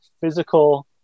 physical